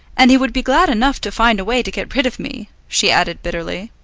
and he would be glad enough to find a way to get rid of me, she added bitterly.